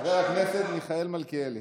חבר הכנסת מיכאל מלכיאלי,